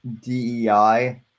DEI